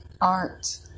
art